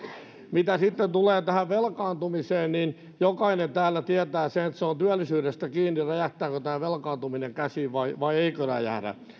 mitä sitten tulee tähän velkaantumiseen niin jokainen täällä tietää sen että se on työllisyydestä kiinni räjähtääkö tämä velkaantuminen käsiin vai vai eikö räjähdä